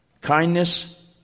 Kindness